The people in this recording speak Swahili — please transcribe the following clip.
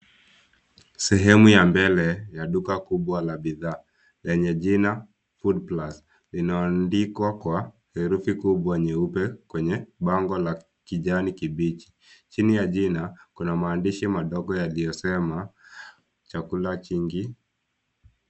Sehemu ya mbele ya duka kubwa la bidhaa lenye jina Foodplus limeandikwa kwa herufi kubwa nyeupe kwenye bango ya kijani kibichi. Chini ya jina, kuna maandishi madogo yaliyosema "Chakula kingi..."